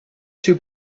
two